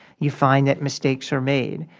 you find that mistakes are made.